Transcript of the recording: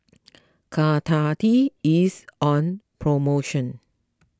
Caltrate is on promotion